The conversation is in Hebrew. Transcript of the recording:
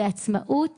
בעצמאות